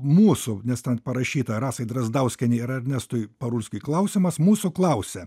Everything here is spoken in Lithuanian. mūsų nes ten parašyta rasai drazdauskienei ir ernestui parulskiui klausimas mūsų klausia